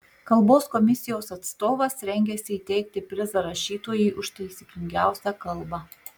kalbos komisijos atstovas rengiasi įteikti prizą rašytojui už taisyklingiausią kalbą